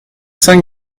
cinq